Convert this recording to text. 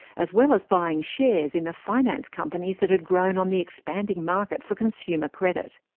as well as buying shares in the finance companies that had grown on the expanding market for consumer credit.